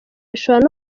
bishobora